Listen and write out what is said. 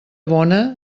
bona